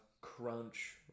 Crunch